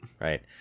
Right